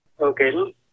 Okay